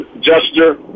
gesture